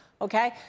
Okay